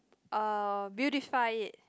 uh beautify it